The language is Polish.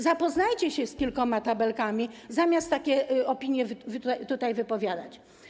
Zapoznajcie się z kilkoma tabelkami, zamiast takie opinie tutaj wypowiadać.